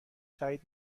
تأیید